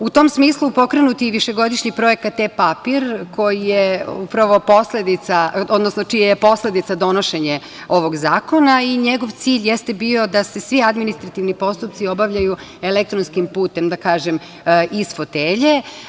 U tom smislu, pokrenut je i višegodišnji projekat „E-papir“, čija je posledica donošenje ovog zakona i njegov cilj jeste bio da se svi administrativni postupci obavljaju elektronskim putem, da kažem, iz fotelje.